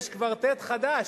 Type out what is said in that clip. יש קוורטט חדש,